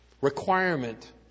requirement